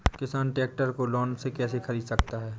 किसान ट्रैक्टर को लोन में कैसे ख़रीद सकता है?